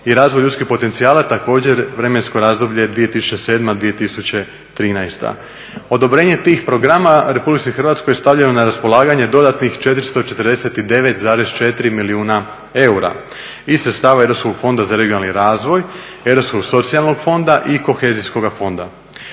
i razvoj ljudskih potencijala, također vremensko razdoblje 2007. - 2013. Odobrenje tih programa RH je stavljeno na raspolaganje dodatnih 449,4 milijuna eura iz sredstava europskog fonda za regionalni razvoj, europskog socijalnog fonda i kohezijskoga fonda.